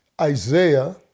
Isaiah